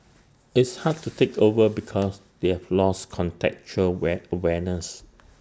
it's hard to take over because they have lost contextual wet wariness